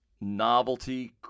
novelty